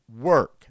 work